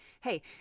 hey